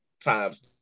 times